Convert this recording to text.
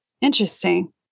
Interesting